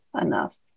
enough